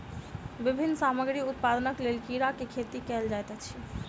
विभिन्न सामग्री उत्पादनक लेल कीड़ा के खेती कयल जाइत अछि